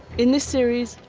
in this series,